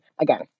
again